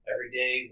Everyday